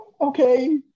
Okay